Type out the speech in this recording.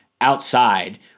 outside